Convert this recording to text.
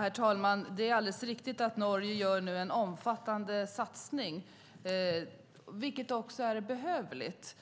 Herr talman! Det är alldeles riktigt att Norge nu gör en omfattande satsning, vilket också är behövligt.